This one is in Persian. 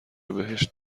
بهشت